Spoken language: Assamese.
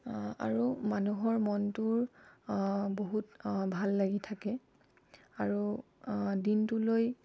আৰু মানুহৰ মনটোৰ বহুত ভাল লাগি থাকে আৰু দিনটোলৈ